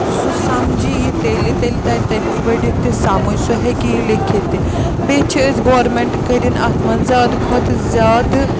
سُہ سَمجہٕ یہِ تیٚلہِ تیٚلہِ تَرِ تٔمِس بٔڑِتھ تہِ سَمجھ سُہ ہیٚکہِ یہِ لٮ۪کِتھ تہِ بیٚیہِ چھِ أسۍ گورمٮ۪نٛٹ کٔرِنۍ اَتھ منٛز زیادٕ کھۄتہٕ زیادٕ